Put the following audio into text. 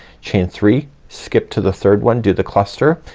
chain three, skip to the third one, do the cluster,